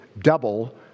double